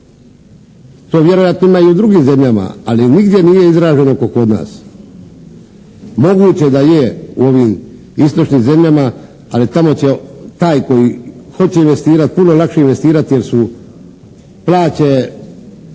to vjerojatno ima i u drugim zemljama, ali nigdje nije izraženo kao kod nas. Moguće da je u ovim istočnim zemljama, ali tamo će taj koji hoće investirati puno lakše investirati jer su plaće